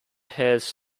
pairs